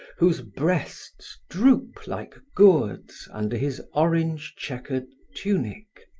whose breasts droop like gourds under his orange-checkered tunic.